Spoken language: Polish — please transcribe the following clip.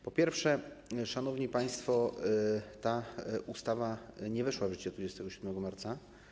Po pierwsze, szanowni państwo, ta ustawa nie weszła w życie 27 marca.